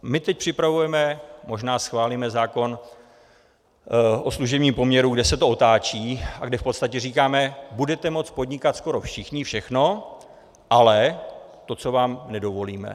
My teď připravujeme a možná schválíme zákon o služebním poměru, kde se to otáčí a kde v podstatě říkáme, budete moct podnikat skoro všichni všechno, ale to, co vám nedovolíme.